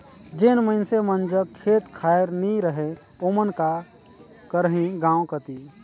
जेन मइनसे मन जग खेत खाएर नी रहें ओमन का करहीं गाँव कती